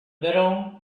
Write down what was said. middle